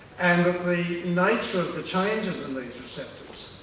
and that the nature of the changes in these receptors,